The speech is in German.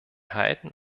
halten